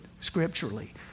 scripturally